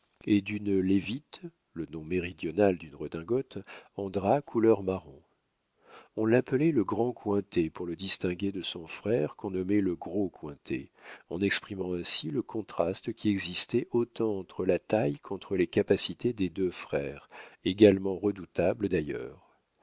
et d'une lévite le nom méridional d'une redingote en drap couleur marron on l'appelait le grand cointet pour le distinguer de son frère qu'on nommait le gros cointet en exprimant ainsi le contraste qui existait autant entre la taille qu'entre les capacités des deux frères également redoutables d'ailleurs